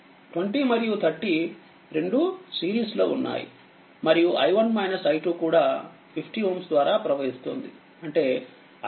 20మరియు30రెండూ సిరీస్లో ఉన్నాయి మరియుi1 i2కూడా50ద్వారా ప్రవహిస్తుంది